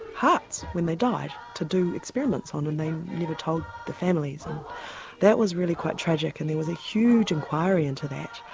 hearts when they died to do experiments on them, and they never told the families and that was really quite tragic and there was a huge inquiry into that.